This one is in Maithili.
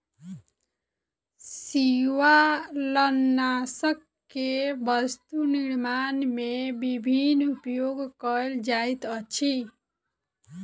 शिवालनाशक के वस्तु निर्माण में विभिन्न उपयोग कयल जाइत अछि